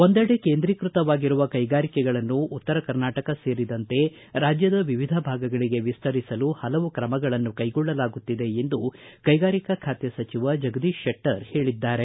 ಒಂದೆಡೆ ಕೇಂದ್ರೀಕೃತವಾಗಿರುವ ಕೈಗಾರಿಕೆಗಳನ್ನು ಉತ್ತರ ಕರ್ನಾಟಕ ಸೇರಿದಂತೆ ರಾಜ್ಜದ ವಿವಿಧ ಭಾಗಗಳಿಗೆ ವಿಸ್ತರಿಸಲು ಪಲವು ಕ್ರಮಗಳನ್ನು ಕೈಗೊಳ್ಳಲಾಗುತ್ತಿದೆ ಎಂದು ಕೈಗಾರಿಕಾ ಖಾತೆ ಸಚಿವ ಜಗದೀಶ್ ಶೆಟ್ಟರ್ ಹೇಳಿದ್ದಾರೆ